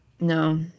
No